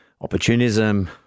opportunism